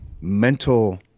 mental –